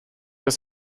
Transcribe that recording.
des